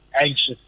anxious